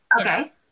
okay